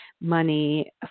Money